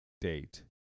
date